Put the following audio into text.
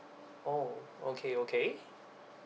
oh okay okay